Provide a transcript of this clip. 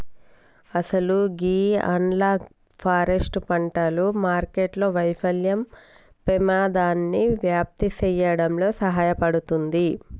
అసలు గీ analog forest పంటలు మార్కెట్టు వైఫల్యం పెమాదాన్ని వ్యాప్తి సేయడంలో సహాయపడుతుంది